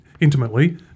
intimately